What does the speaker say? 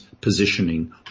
positioning